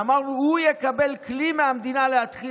ואמרנו: הוא יקבל כלי מהמדינה להתחיל